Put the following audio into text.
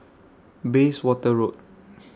Bayswater Road